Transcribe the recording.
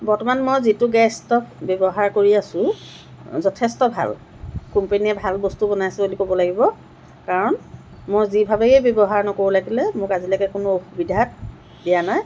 বৰ্তমান মই যিটো গেছ ষ্ট'ভ ব্যৱহাৰ কৰি আছোঁ যথেষ্ট ভাল কোম্পেনীয়ে ভাল বস্তু বনাইছে বুলি ক'ব লাগিব কাৰণ মই যিভাৱেই ব্যৱহাৰ নকৰোঁ লাগিলে মোক আজিলৈকে কোনো অসুবিধা দিয়া নাই